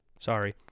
Sorry